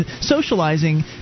socializing